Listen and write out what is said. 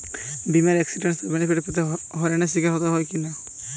বিমার accidental benefit পেতে হয়রানির স্বীকার হতে হয় কেন?